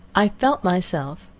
i felt myself,